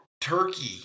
turkey